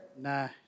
Nah